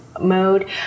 mode